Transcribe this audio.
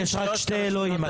יש רק שני אלוהים,